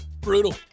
Brutal